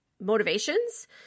motivations